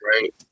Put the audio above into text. right